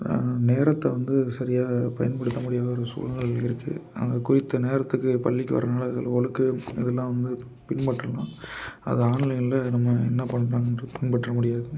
நேரத்தை வந்து சரியாக பயன்படுத்த முடியாத ஒரு சூழல் இருக்குது அங்கே குறித்த நேரத்துக்கு பள்ளிக்கு வர்றதுனால அந்த ஒழுக்கம் இதெல்லாம் வந்து பின்பற்றலாம் அது ஆன்லைனில் நம்ம என்ன பண்ணிணாலும் அது பின்பற்ற முடியாது